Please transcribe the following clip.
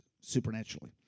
supernaturally